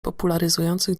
popularyzujących